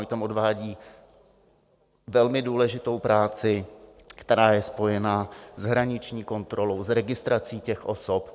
Oni tam odvádějí velmi důležitou práci, která je spojena s hraniční kontrolou, s registrací těch osob.